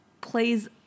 plays